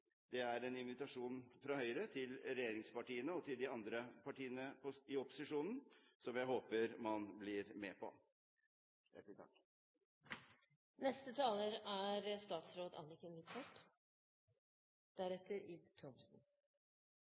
Det er en invitasjon fra Høyre til regjeringspartiene og til de andre partiene i opposisjonen som jeg håper man blir med på.